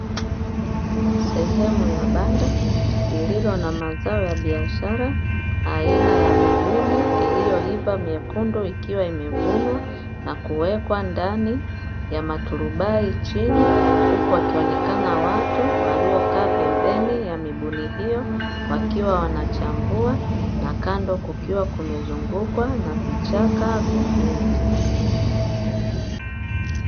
Sehemu ya banda, lililo na mazao ya biashara, aina ya mibuni iliyoiva myekundu, ikiwa imevunwa na kuwekwa ndani ya maturubai chini, huku wakionekana watu waliokaa pembeni ya mibuni hiyo, wakiwa wanachambua na kando kukiwa kumezungukwa na vichaka vya miti.